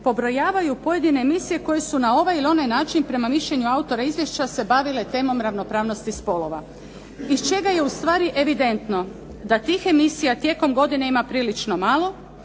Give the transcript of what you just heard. pobrojavaju pojedine emisije koje su na ovaj ili onaj način prema mišljenju autora izvješća se bavile temom ravnopravnosti spolova iz čega je ustvari evidentno da tih emisija tijekom godine ima prilično malo,